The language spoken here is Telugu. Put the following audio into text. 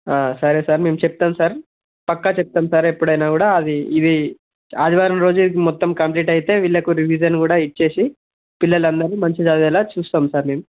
సరే సార్ మేము చెప్తాము సార్ పక్కా చెప్తాము సార్ ఎప్పుడైనా కూడా అది ఇది ఆదివారం రోజే మొత్తం కంప్లీట్ అయితే వీళ్ళకు రివిజన్ కూడా ఇచ్చేసి పిల్లలు అందరినీ మంచిగా చదివేలా చూస్తాము సార్ మేము